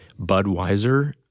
Budweiser